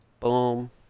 Boom